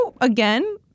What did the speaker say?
again